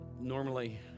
normally